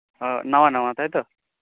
ᱦᱮᱸ ᱱᱟᱣᱟ ᱱᱟᱣᱟ ᱛᱟᱭᱛᱚ